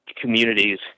communities